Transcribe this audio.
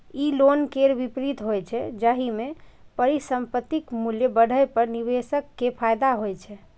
ई long केर विपरीत होइ छै, जाहि मे परिसंपत्तिक मूल्य बढ़ै पर निवेशक कें फायदा होइ छै